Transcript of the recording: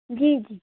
जी जी